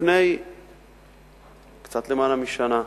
לפני קצת למעלה משנה.